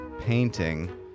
painting